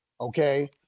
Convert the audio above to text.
okay